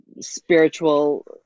spiritual